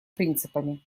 принципами